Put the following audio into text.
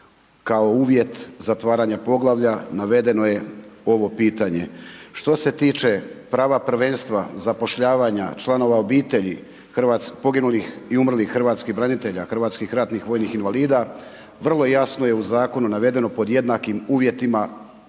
kao uvjet zatvaranje poglavlja, navedeno je ovo pitanje. Što se tiče prava prvenstva zapošljavanja članova obitelji, poginulih i umrlih hrvatskih branitelja, hrvatskih ratnih vojnih invalida, vrlo je jasno u zakonu navedeno pod jednakim uvjetima